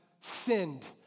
sinned